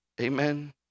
amen